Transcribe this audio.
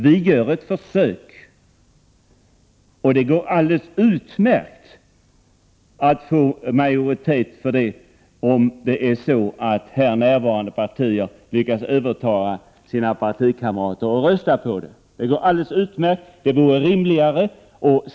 Vi gör ett försök, och det går alldeles utmärkt att få majoritet för detta om här närvarande partirepresentanter lyckas övertala sina partikamrater att rösta för reservationen. Det vore rimligare.